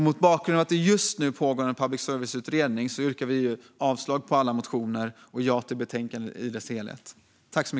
Mot bakgrund av att det just pågår en public service-utredning yrkar vi avslag på alla motioner och ja till utskottets förslag.